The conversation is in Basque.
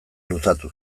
luzatu